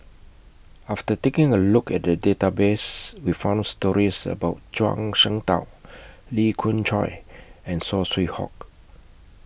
after taking A Look At The Database We found stories about Zhuang Shengtao Lee Khoon Choy and Saw Swee Hock